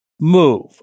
move